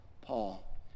Paul